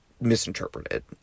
misinterpreted